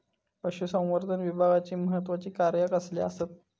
पशुसंवर्धन विभागाची महत्त्वाची कार्या कसली आसत?